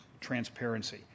Transparency